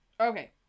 Okay